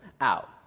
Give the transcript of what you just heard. out